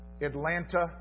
Atlanta